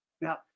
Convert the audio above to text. Now